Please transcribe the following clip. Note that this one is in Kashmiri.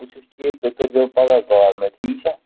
بہٕ چھُس ٹھیٖک تُہۍ کٔرۍزیٚو پَگاہ کال مےٚ ٹھیٖک چھا